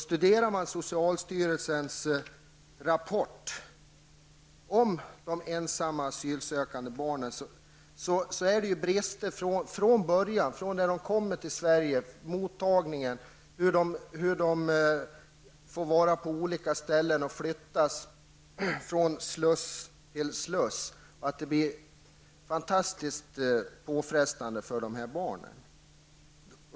Studerar man socialstyrelsens rapport om de ensamma asylsökande barnen, kan man notera brister från det de kommer till Sverige. Det gäller mottagandet, vistelsen på olika ställen samt flyttningarna från sluss till sluss. Allt detta blir mycket påfrestande för dessa barn.